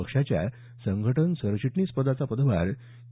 पक्षाच्या संघटन सरचिटणीसपदाचा पदभार के